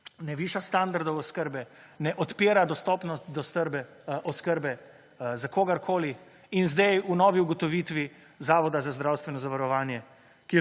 ne viša standardov oskrbe, ne odpira dostopnost oskrbe za kogarkoli. In zdaj v novi ugotovitvi Zavoda za zdravstveno zavarovanje,